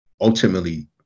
ultimately